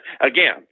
Again